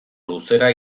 luzera